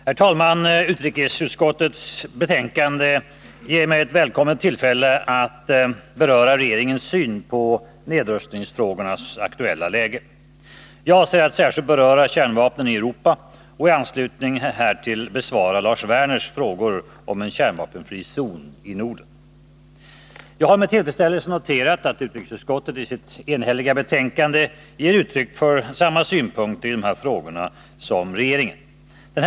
Herr talman! Utrikesutskottets betänkande ger mig ett välkommet tillfälle att beröra regeringens syn på nedrustningsfrågornas aktuella läge. Jag avser att särskilt beröra kärnvapnen i Europa och i anslutning därtill besvara Lars Werners frågor om en kärnvapenfri zon i Norden. Jag har med tillfredsställelse noterat att utrikesutskottet i sitt enhälliga betänkande ger uttryck för samma synpunkter i dessa frågor som regeringen har.